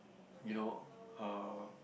you know uh